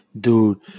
dude